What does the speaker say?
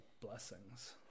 blessings